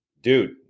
dude